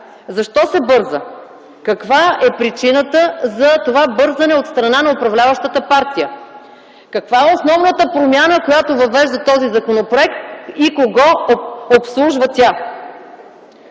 Защо се бърза? Каква е причината за това бързане от страна на управляващата партия? Каква е основната промяна, която въвежда този законопроект и кого обслужва тя?